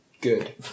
Good